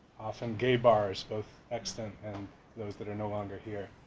often gay bars both extant and those that are no longer here.